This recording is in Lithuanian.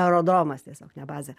aerodromas tiesiog ne bazė